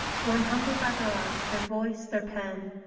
borne humbly by their art, their voice, their pen,